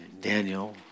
Daniel